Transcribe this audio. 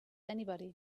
anybody